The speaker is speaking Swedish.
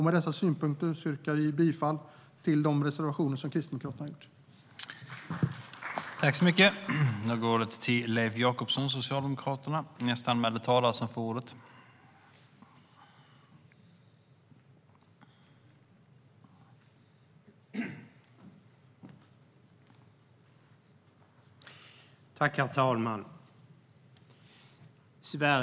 Med dessa synpunkter yrkar jag bifall till de reservationer som Kristdemokraterna har avlämnat.